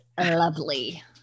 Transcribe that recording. lovely